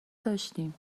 داشتیم